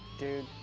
dude,